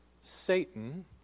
Satan